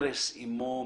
כרס אימו מקלל.